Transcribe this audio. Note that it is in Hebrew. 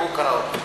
והוא קרא אותו.